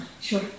Sure